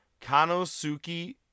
Kanosuki